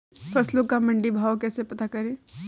फसलों का मंडी भाव कैसे पता करें?